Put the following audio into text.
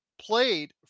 played